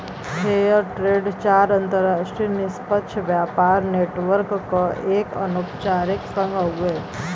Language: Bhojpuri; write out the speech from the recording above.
फेयर ट्रेड चार अंतरराष्ट्रीय निष्पक्ष व्यापार नेटवर्क क एक अनौपचारिक संघ हउवे